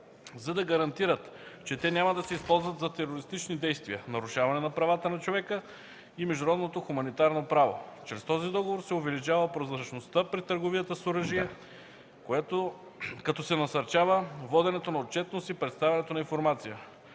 за да гарантират, че те няма да се използват за терористични действия, нарушаване на правата на човека и международното хуманитарно право. Чрез този договор се увеличава прозрачността при търговията с оръжие, като се насърчава воденето на отчетност и представянето на информация.